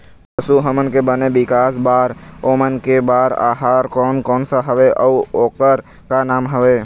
पशु हमन के बने विकास बार ओमन के बार आहार कोन कौन सा हवे अऊ ओकर का नाम हवे?